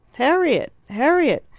harriet! harriet!